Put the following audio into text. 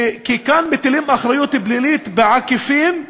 כי כאן מטילים אחריות פלילית בעקיפין,